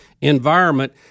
environment